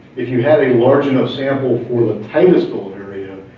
if you had a large enough sample for the titusville area,